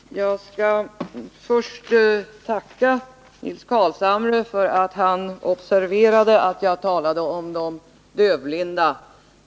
Herr talman! Jag skall först tacka Nils Carlshamre för att han observerade att jag talade om de dövblinda.